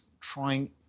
trying